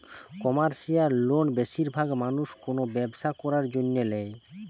commercial loan বেশিরভাগ মানুষ কোনো ব্যবসা করার জন্য ল্যায়